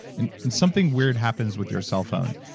and and something weird happens with your cell phone.